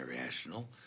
irrational